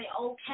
okay